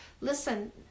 Listen